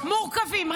באמת מורכבים.